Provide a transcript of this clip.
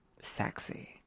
Sexy